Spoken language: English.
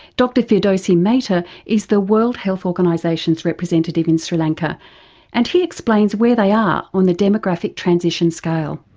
dr firdosi metha is the world health organisation's representative in sri lanka and he explains where they are on the demographic transition scale.